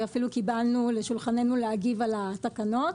ואפילו קיבלנו לשולחננו להגיב על התקנות,